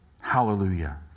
Hallelujah